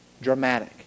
dramatic